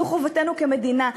זו חובתנו כמדינה.